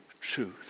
truth